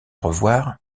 revoir